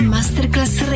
Masterclass